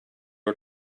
are